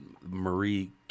Marie